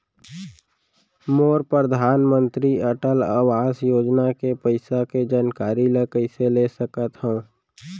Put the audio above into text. मोर परधानमंतरी अटल आवास योजना के पइसा के जानकारी ल कइसे ले सकत हो?